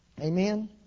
Amen